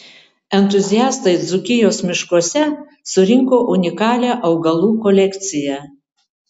entuziastai dzūkijos miškuose surinko unikalią augalų kolekciją